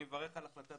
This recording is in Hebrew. אני מברך על החלטת